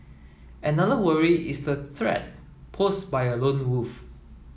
another worry is the threat posed by a lone wolf